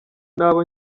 n’abo